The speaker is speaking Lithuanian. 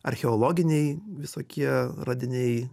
archeologiniai visokie radiniai